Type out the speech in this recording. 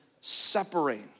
separate